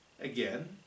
Again